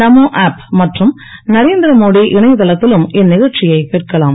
நமோ app மற்றும் நரேந்திர மோடி இணையதளத்திலும் இந்நிகழ்ச்சியை கேட்க்கலாம்